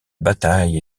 bataille